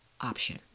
option